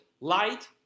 light